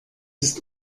ist